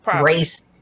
race